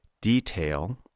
detail